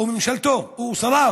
ממשלתו ושריו